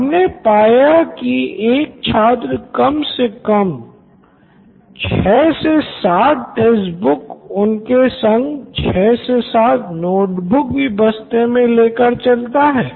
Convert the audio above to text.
हमने पाया की एक छात्र कम से कम ६ ७ टेक्स्ट बुक उसके संग ६ ७ नोट बुक भी बस्ते मे ले कर चलता है